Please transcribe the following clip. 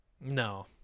No